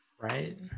Right